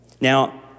Now